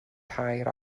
tair